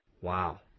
Wow